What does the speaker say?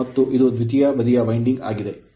ಮತ್ತು ಇದು ದ್ವಿತೀಯ ಬದಿಯ ವೈಂಡಿಂಗ್ ಆಗಿದೆ